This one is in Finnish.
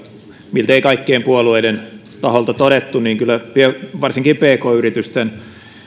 miltei kaikkien puolueiden taholta todettu kyllä varsinkin pk yritysten